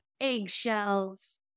eggshells